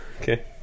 okay